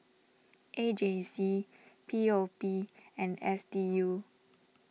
A J C P O P and S D U